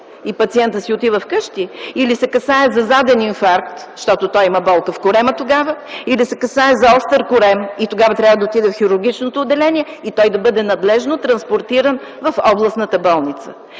и пациентът си отива вкъщи или се касае за заден инфаркт, защото при него има болка в корема или да се касае за остър корем и тогава трябва да отиде в хирургичното отделение и той да бъде надлежно транспортиран в областната болница.